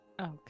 Okay